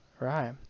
right